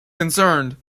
concerned